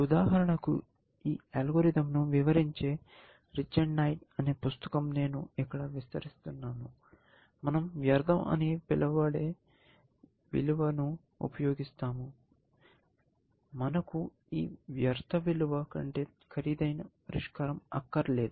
ఉదాహరణకు ఈ అల్గోరిథంను వివరించే "రిచ్ అండ్ నైట్" అనే పుస్తకం నేను ఇక్కడ వివరిస్తున్నాను మనం వ్యర్థం అని పిలువబడే విలువను ఉపయోగిస్తాము మనకు ఈ వ్యర్థ విలువ కంటే ఖరీదైన పరిష్కారం అక్కరలేదు